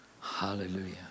Hallelujah